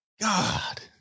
God